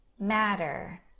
matter